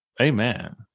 Amen